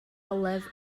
olaf